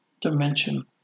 dimension